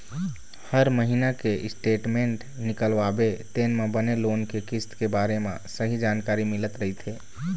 हर महिना के स्टेटमेंट निकलवाबे तेन म बने लोन के किस्त के बारे म सहीं जानकारी मिलत रहिथे